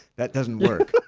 that doesn't work